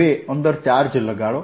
હવે અંદર ચાર્જ લગાડો